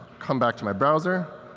come back to my browser,